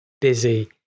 busy